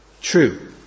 true